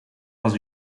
als